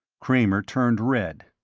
kramer turned red.